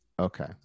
Okay